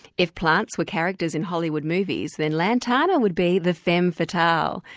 if plants were characters in hollywood movies, then lantana would be the femme fatale,